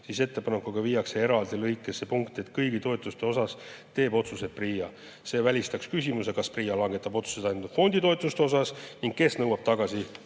Ettepanekuga viiakse eraldi lõikesse punkt, et kõigi toetuste puhul teeb otsuse PRIA. See välistaks küsimuse, kas PRIA langetab otsuseid ainult fondist saadud toetuste kohta ning kes nõuab tagasi